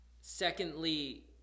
Secondly